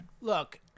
Look